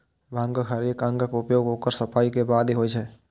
भांगक हरेक अंगक उपयोग ओकर सफाइ के बादे होइ छै